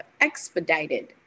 expedited